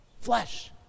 Flesh